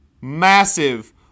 massive